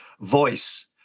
voice